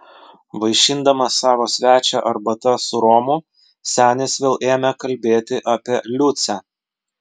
vaišindamas savo svečią arbata su romu senis vėl ėmė kalbėti apie liucę